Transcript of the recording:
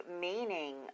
meaning